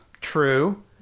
True